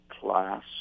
class